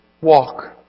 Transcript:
walk